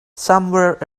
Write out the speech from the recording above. somewhere